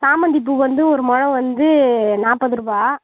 சாமந்திப் பூ வந்து ஒரு முழம் வந்து நாற்பதுருபா